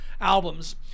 albums